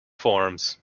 forums